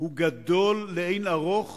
גדול לאין ערוך